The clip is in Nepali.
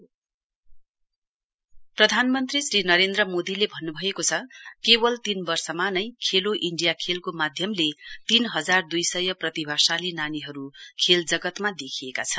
पीएम खेलो इण्डिया प्रधानमन्त्री श्री नरेन्द्र मोदीले भन्नुभएको छ केवल तीन वर्षमा नै खेलो इण्डिया खेलको माध्यमले तीन हजार दुई सय प्रतिभाशाली नानीहरु खेल जगतमा देखिएका छन्